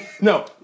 No